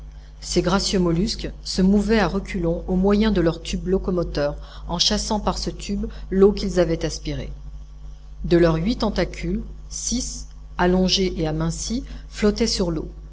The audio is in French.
ces gracieux mollusques se mouvaient à reculons au moyen de leur tube locomoteur en chassant par ce tube l'eau qu'ils avaient aspirée de leurs huit tentacules six allongés et amincis flottaient sur l'eau